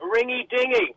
ringy-dingy